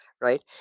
Right